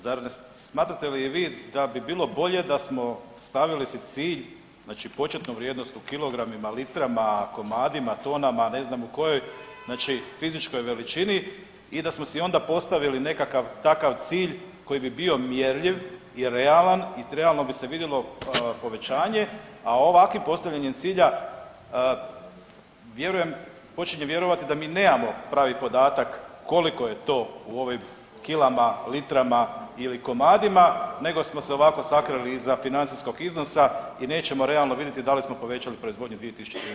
Zar ne smatrate li vi da bi bilo bolje da smo stavili si cilj, znači početnu vrijednost u kilogramima, litrama, komadima, tonama, ne znam u kojoj znači fizičkoj veličini i da smo si onda postavili nekakav takav cilj koji bi bio mjerljiv i realan i realno bi se vidjelo povećanje, a ovakvim postavljanjem cilja vjerujem, počinjem vjerovati da mi nemamo pravi podatak koliko je to u ovim kilama, litrama ili komadima nego smo se ovako sakrili iza financijskog iznosa i nećemo realno vidjeti da li smo povećali proizvodnju 2030. godine.